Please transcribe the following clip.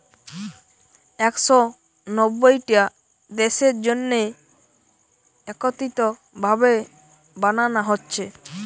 একশ নব্বইটা দেশের জন্যে একত্রিত ভাবে বানানা হচ্ছে